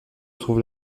trouve